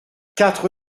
quatre